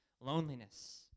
loneliness